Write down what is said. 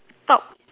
top